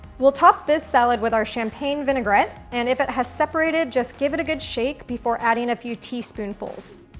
we'll top this salad with our champagne vinegarette, and if it has separated, just give it a good shake before adding a few teaspoonfuls.